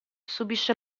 subisce